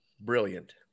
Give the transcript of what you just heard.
Brilliant